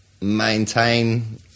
maintain